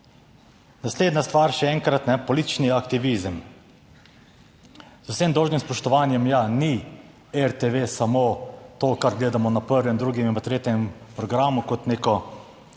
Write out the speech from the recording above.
Naslednja stvar, še enkrat, politični aktivizem, z vsem dolžnim spoštovanjem, ja ni RTV samo to, kar gledamo na 1. 2. in tretjem programu kot neko